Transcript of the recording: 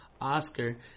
Oscar